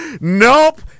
Nope